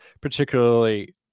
particularly